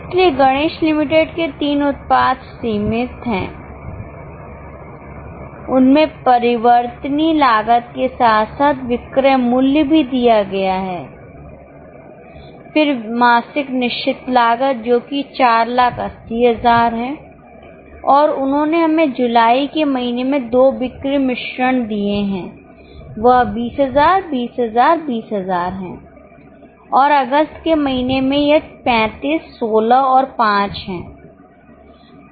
इसलिए गणेश लिमिटेड के तीन उत्पाद सीमित हैं उनमें परिवर्तनीय लागत के साथ साथ विक्रय मूल्य भी दिया गया है फिर मासिक निश्चित लागत जो कि 4 80000 है और उन्होंने हमें जुलाई के महीने में दो बिक्री मिश्रण दिए हैं यह 20000 20000 20000 है और अगस्त के महीने में यह 35 16 और 5 है